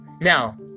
Now